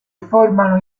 formano